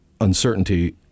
uncertainty